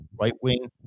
right-wing